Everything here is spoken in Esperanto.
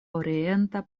orienta